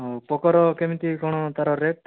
ପୋକୋର କେମିତି କ'ଣ ତାର ରେଟ୍